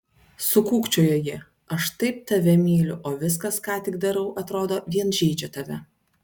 sukūkčiojo ji aš taip tave myliu o viskas ką tik darau atrodo vien žeidžia tave